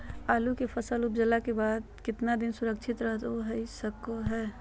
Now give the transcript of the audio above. आलू के फसल उपजला के बाद कितना दिन सुरक्षित रहतई सको हय?